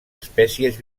espècies